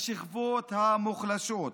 השכבות המוחלשות.